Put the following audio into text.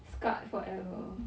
scarred forever